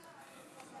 חברי